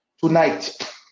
Tonight